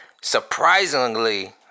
surprisingly